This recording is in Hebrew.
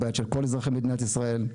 הבית של כל אזרחי מדינת ישראל.